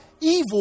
evil